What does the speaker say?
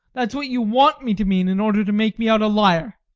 that's what you want me to mean in order to make me out a liar.